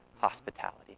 hospitality